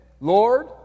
Lord